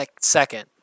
second